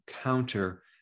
counter-